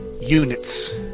units